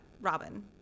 Robin